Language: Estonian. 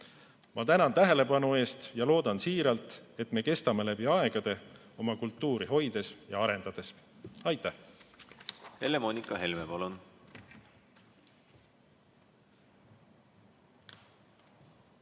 Ma tänan tähelepanu eest ja loodan siiralt, et me kestame läbi aegade oma kultuuri hoides ja arendades. Aitäh!